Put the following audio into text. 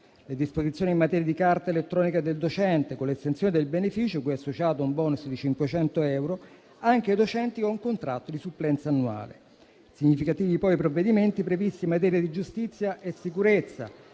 le disposizioni in materia di carta elettronica del docente, con l'estensione del beneficio cui è associato un *bonus* di 500 euro anche ai docenti con contratto di supplenza annuale. Significativi poi i provvedimenti previsti in materia di giustizia e sicurezza: